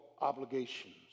obligations